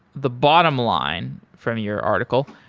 the bottom line, from your article,